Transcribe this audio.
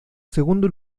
segundo